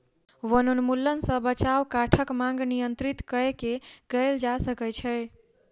वनोन्मूलन सॅ बचाव काठक मांग नियंत्रित कय के कयल जा सकै छै